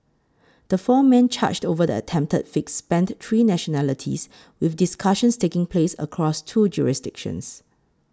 the four men charged over the attempted fix spanned three nationalities with discussions taking place across two jurisdictions